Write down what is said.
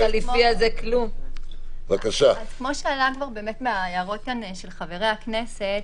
אז כמו שעלה באמת מההערות של חברי הכנסת,